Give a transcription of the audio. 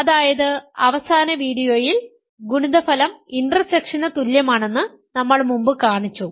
അതായത് അവസാന വീഡിയോയിൽ ഗുണിതഫലം ഇന്റർസെക്ഷന് തുല്യമാണെന്ന് നമ്മൾ മുമ്പ് കാണിച്ചു